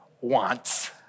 wants